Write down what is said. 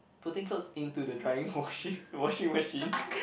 putting clothes into the drying washing washing machine